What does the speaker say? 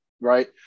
right